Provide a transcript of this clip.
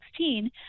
2016